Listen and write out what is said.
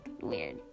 weird